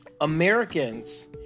Americans